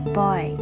boy